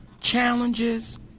challenges